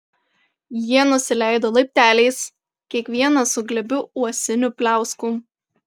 jie nusileido laipteliais kiekvienas su glėbiu uosinių pliauskų